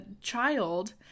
child